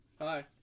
Hi